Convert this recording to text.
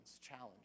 challenge